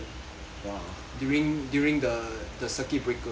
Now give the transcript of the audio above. during during the the circuit breaker